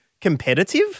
competitive